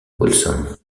wilson